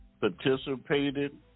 participated